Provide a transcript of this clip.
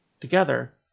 Together